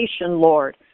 Lord